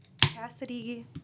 Cassidy